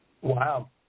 Wow